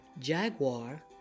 jaguar